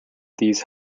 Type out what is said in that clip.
these